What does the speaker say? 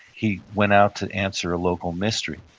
he went out to answer a local mystery.